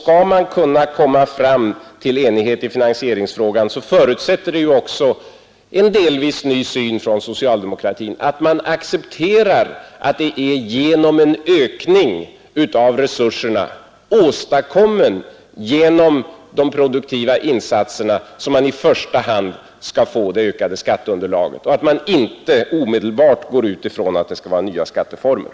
Skall vi kunna nå enighet i finansieringsfrågan, förutsätter det också en delvis ny syn hos socialdemokraterna: att man accepterar att det är genom en ökning av resurserna, åstadkommen genom de produktiva insatserna, som man i första hand skall få det ökade skatteunderlaget, och inte omedelbart går ut ifrån att det skall vara genom nya skatteformer.